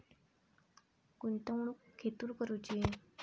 गुंतवणुक खेतुर करूची?